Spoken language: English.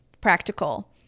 practical